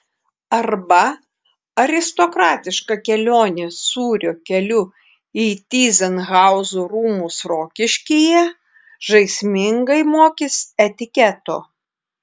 arba aristokratiška kelionė sūrio keliu į tyzenhauzų rūmus rokiškyje žaismingai mokys etiketo